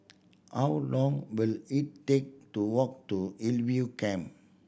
how long will it take to walk to Hillview Camp